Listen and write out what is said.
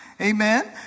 Amen